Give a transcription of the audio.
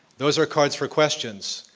those are cards for questions.